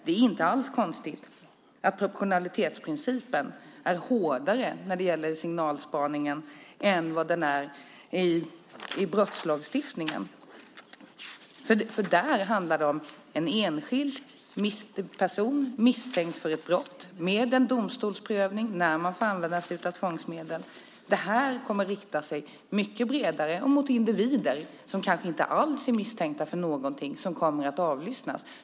Det är inte alls konstigt att proportionalitetsprincipen är hårdare när det gäller signalspaningen än den är i brottslagstiftningen. Där handlar det om en enskild person misstänkt för ett brott med en domstolsprövning om när man får använda sig av tvångsmedel. Det här kommer att rikta sig mycket bredare och mot individer som kanske inte alls är misstänkta för någonting som kommer att avlyssnas.